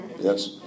Yes